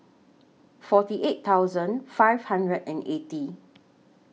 forty eight thousand five hundred and eighty